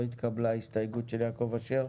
לא התקבלה ההסתייגות של יעקב אשר.